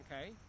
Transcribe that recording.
okay